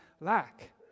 lack